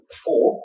four